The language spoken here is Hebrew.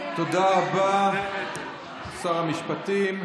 תודה רבה, שר המשפטים.